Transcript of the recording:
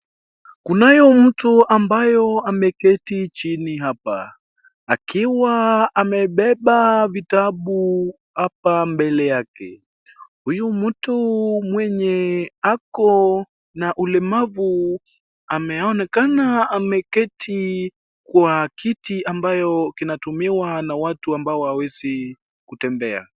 Kunayo mtu ambayo ameketi chini hapa, akiwa amebeba vitabu hapa mbele yake, huyu mtu mwenye ako na ulemavu ameonekana ameketi kwa kiti ambayo kinatumiwa na watu ambayo hawawezi kutembea.